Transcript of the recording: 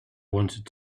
wanted